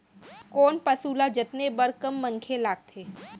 कोन पसु ल जतने बर कम मनखे लागथे?